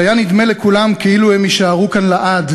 שהיה נדמה לכולם כאילו הם יישארו כאן לעד,